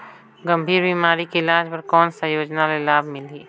गंभीर बीमारी के इलाज बर कौन सा योजना ले लाभ मिलही?